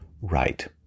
right